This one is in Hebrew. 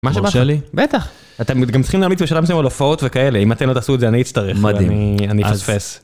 מה שבא לי בטח אתם גם צריכים להרמיץ בשלב של אופות וכאלה אם אתן עוד עשו את זה אני אצטרך אני אני חספס.